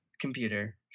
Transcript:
computer